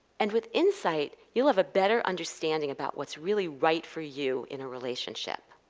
and with insight, you'll have a better understanding about what's really right for you in a relationship.